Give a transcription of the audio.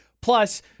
Plus